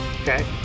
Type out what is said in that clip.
Okay